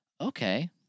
Okay